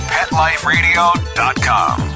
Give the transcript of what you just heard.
PetLifeRadio.com